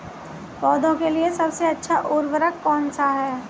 पौधों के लिए सबसे अच्छा उर्वरक कौन सा है?